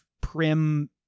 prim